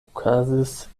okazis